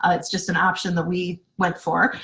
ah it's just an option that we went for.